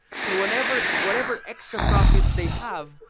so whatever whatever extra profits they have,